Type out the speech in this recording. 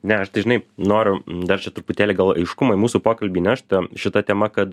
ne aš tai žinai noriu dar čia truputėlį gal aiškumo į mūsų pokalbį įnešt šita tema kad